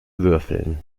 würfeln